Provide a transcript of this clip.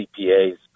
CPAs